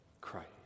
Christ